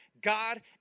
God